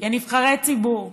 כנבחרי ציבור,